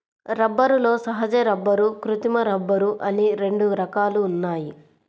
రబ్బరులో సహజ రబ్బరు, కృత్రిమ రబ్బరు అని రెండు రకాలు ఉన్నాయి